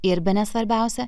ir bene svarbiausia